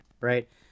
right